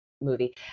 movie